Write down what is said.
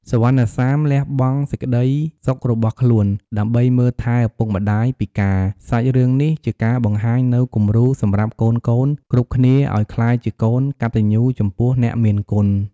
សុវណ្ណសាមលះបង់សេចក្ដីសុខផ្ទាល់ខ្លួន ដើម្បីមើលថែឪពុកម្ដាយពិការ សាច់រឿងនេះជាការបង្ហាញនូវគំរូសម្រាប់កូនៗគ្រប់គ្នាអោយក្លាយជាកូនកតញ្ញូចំពោះអ្នកមានគុណ។